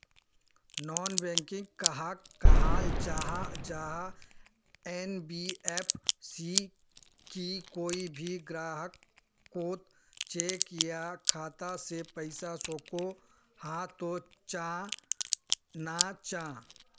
Non banking कहाक कहाल जाहा जाहा एन.बी.एफ.सी की कोई भी ग्राहक कोत चेक या खाता से पैसा सकोहो, हाँ तो चाँ ना चाँ?